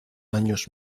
años